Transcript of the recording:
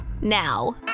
now